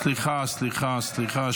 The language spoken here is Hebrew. ----- סליחה, סליחה, סליחה.